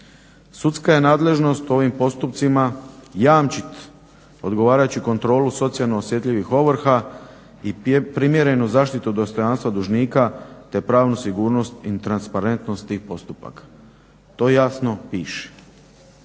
sudska je nadležnost ovim postupcima jamčit odgovarajuću kontrolu socijalno osjetljivih ovrha i primjernu zaštitu dostojanstva dužnika te pravnu sigurnost i transparentnost tih postupaka. To jasno piše.